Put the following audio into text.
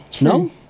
No